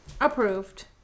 approved